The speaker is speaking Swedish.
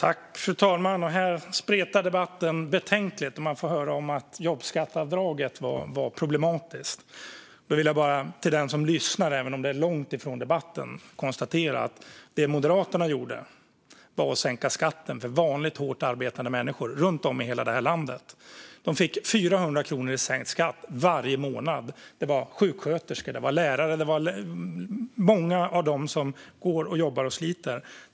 Fru talman! Här spretar debatten betänkligt. Vi får höra att jobbskatteavdraget var problematiskt. Jag vill bara till den som lyssnar, även om det är långt ifrån debatten, konstatera att det Moderaterna gjorde var att sänka skatten för vanliga hårt arbetande människor runt om i hela landet. De fick 400 kronor i sänkt skatt varje månad. Det var sjuksköterskor, lärare och många av dem som går och jobbar och sliter.